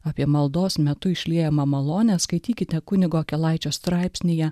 apie maldos metu išliejamą malonę skaitykite kunigo akelaičio straipsnyje